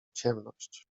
ciemność